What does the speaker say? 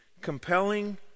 compelling